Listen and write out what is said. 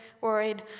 worried